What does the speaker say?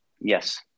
Yes